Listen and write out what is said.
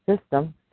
system